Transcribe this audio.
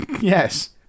Yes